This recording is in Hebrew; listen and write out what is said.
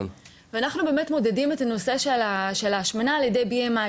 אנחנו מודדים את הנושא של ההשמנה על ידי BMI,